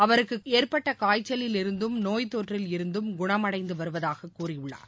அவருக்கு ஏற்பட்ட காய்ச்சலில் இருந்தும் நோய் தொற்றில் இருந்தும் குணமடைந்து வருவதாக கூறியுள்ளார்